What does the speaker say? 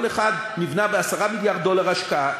כל אחד נבנה ב-10 מיליארד דולר השקעה,